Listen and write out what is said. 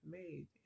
made